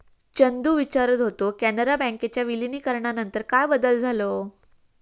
चंदू विचारत होतो, कॅनरा बँकेच्या विलीनीकरणानंतर काय बदल झालो?